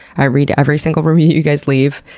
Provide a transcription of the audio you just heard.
ah read every single review you guys leave,